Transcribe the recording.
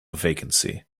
vacancy